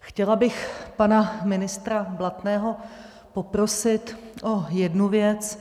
Chtěla bych pana ministra Blatného poprosit o jednu věc.